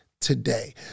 today